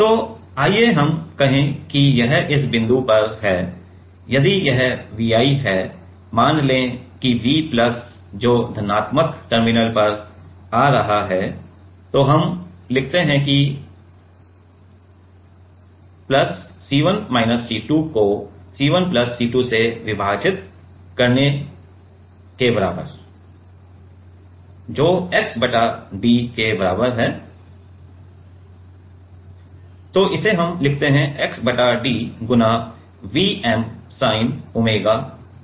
तो आइए हम कहें कि यह इस बिंदु पर है यदि यह Vi है मान लें कि V प्लस जो धनात्मक टर्मिनल पर जा रहा है तो हम लिखते हैं कि प्लस C 1 माइनस C 2 को C 1 प्लस C2 से विभाजित करके बराबर है x बटा d गुणा V m sin omega t के